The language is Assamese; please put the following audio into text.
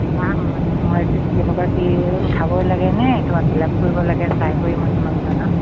মই কি কেনেকুৱা কি উঠাবই লাগেনে তোমাৰ ফিল আপ কৰিব লাগে চাই কৰি মই তোমাক জনাম